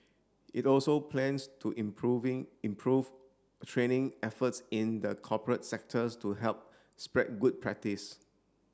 it also plans to improving improve training efforts in the corporate sectors to help spread good practice